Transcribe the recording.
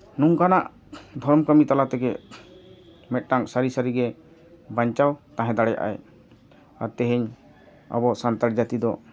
ᱱᱚᱝᱠᱟᱱᱟᱜ ᱫᱷᱚᱨᱚᱢ ᱠᱟᱹᱢᱤ ᱛᱟᱞᱟ ᱛᱮᱜᱮ ᱢᱤᱫᱴᱟᱱ ᱥᱟᱹᱨᱤ ᱥᱟᱹᱨᱤᱜᱮ ᱵᱟᱧᱪᱟᱣ ᱛᱟᱦᱮᱸ ᱫᱟᱲᱮᱭᱟᱜ ᱟᱭ ᱟᱨ ᱛᱮᱦᱤᱧ ᱟᱵᱚ ᱥᱟᱱᱛᱟᱲ ᱡᱟᱹᱛᱤ ᱫᱚ